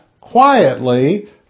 quietly